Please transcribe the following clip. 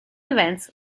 events